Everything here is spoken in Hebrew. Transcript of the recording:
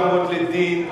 לעמוד לדין.